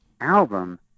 album